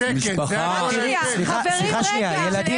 זה סכום אחד לאדם שהוא רווק כן,